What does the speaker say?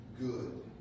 good